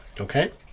Okay